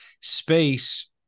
space